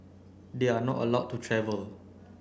they are not allowed to travel